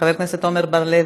חבר הכנסת עמר בר-לב,